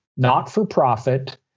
not-for-profit